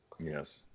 Yes